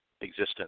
existence